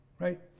right